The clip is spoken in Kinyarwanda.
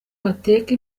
bateka